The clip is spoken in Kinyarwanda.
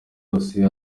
rwose